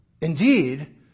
Indeed